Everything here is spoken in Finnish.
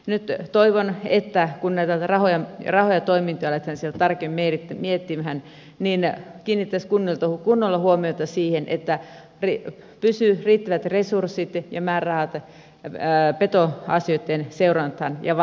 nyt toivon että kun näitä rahoja toimintaan aletaan siellä tarkemmin miettimään niin kiinnitettäisiin kunnolla huomiota siihen että pysyy riittävät resurssit ja määrärahat petoasioitten seurantaan ja valvontaan